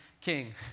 King